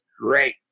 great